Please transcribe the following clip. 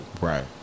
Right